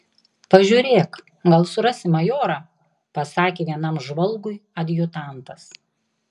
pažiūrėk gal surasi majorą pasakė vienam žvalgui adjutantas